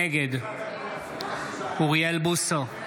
נגד אוריאל בוסו,